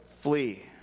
flee